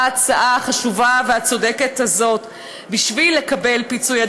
באה ההצעה החשובה והצודקת הזאת בשביל לקבל פיצוי,